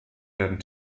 werden